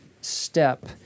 step